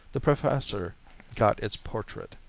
the professor got its portrait.